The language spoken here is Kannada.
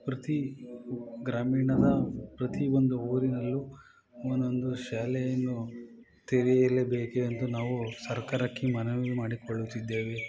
ಪ್ರತಿ ಗ್ರಾಮೀಣದ ಪ್ರತೀ ಒಂದು ಊರಿನಲ್ಲೂ ಒಂದೊಂದು ಶಾಲೆಯನ್ನು ತೆರೆಯಲೇಬೇಕೆ ಎಂದು ನಾವು ಸರ್ಕಾರಕ್ಕೆ ಮನವಿ ಮಾಡಿಕೊಳ್ಳುತ್ತಿದ್ದೇವೆ